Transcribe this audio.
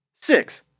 six